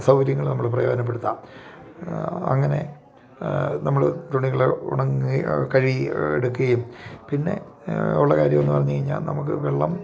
സൗകര്യങ്ങൾ നമ്മൾ പ്രയോജനപ്പെടുത്താം അങ്ങനെ നമ്മൾ തുണികള് ഉണങ്ങി കഴുകി എടുക്കുകയും പിന്നെ ഒള്ള കാര്യമെന്നു കഴിഞ്ഞാൽ നമുക്ക് വെള്ളം